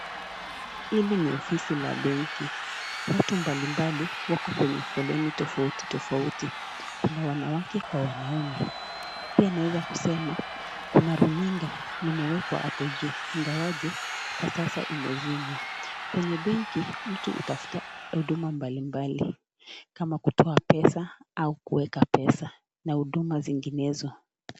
Hili ni ofisi la benki. Watu mbalimbali wako kwenye foleni tafauti tafauti. Kuna wanawake kwa wanaume . Pia naweza kusema kuna runinga imewekwa hapo juu ingawaje kwa sasa imezimwa. Kwenye benki mtu hutafuta huduma mbalimbali kama kutoa pesa au kuweka pesa na uduma nyinginezo.